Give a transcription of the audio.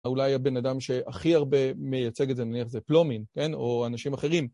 אולי הבן אדם שהכי הרבה מייצג את זה נניח זה פלומין, כן? או אנשים אחרים.